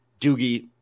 Doogie